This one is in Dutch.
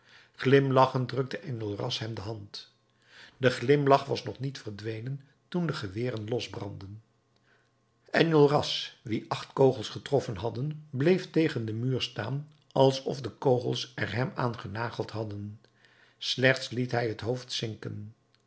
glimlachend drukte enjolras hem de hand de glimlach was nog niet verdwenen toen de geweren losbrandden enjolras wien acht kogels getroffen hadden bleef tegen den muur staan alsof de kogels er hem aan genageld hadden slechts liet hij het hoofd zinken